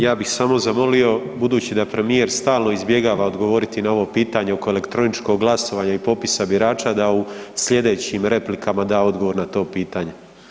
Ja bih samo zamolio budući da premijer stalno izbjegava odgovoriti na ovo pitanje oko elektroničkog glasovanja i popisa birača, da u slijedećim replikama da odgovorna to pitanje.